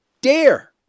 dare